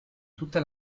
tutta